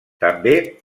també